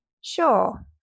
Sure